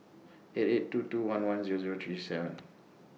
eight eight two two one one Zero Zero three seven